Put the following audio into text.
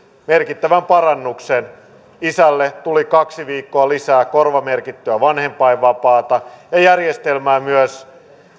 merkittävän parannuksen isälle tuli kaksi viikkoa lisää korvamerkittyä vanhempainvapaata ja järjestelmää myös